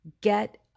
get